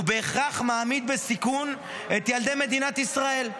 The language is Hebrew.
זה בהכרח מעמיד בסיכון את ילדי מדינת ישראל.